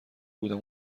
بودم